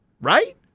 right